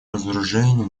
разоружению